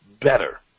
better